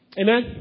Amen